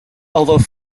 although